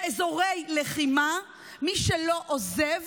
באזורי לחימה, מי שלא עוזב